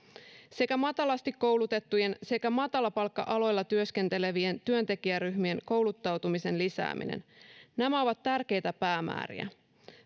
sekä matalasti koulutettujen sekä matalapalkka aloilla työskentelevien työntekijäryhmien kouluttautumisen lisääminen nämä ovat tärkeitä päämääriä